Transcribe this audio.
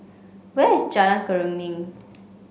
where is Jalan Keruing